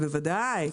העניין.